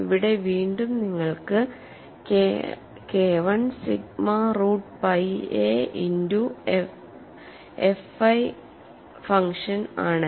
ഇവിടെ വീണ്ടും നിങ്ങൾക്ക് KI sigma root pi a into FI function ആണ്